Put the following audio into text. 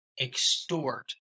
extort